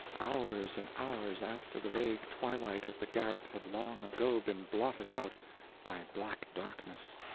hours and hours after the vague twilight of the garret had long ago been blotted out by black darkness.